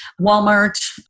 walmart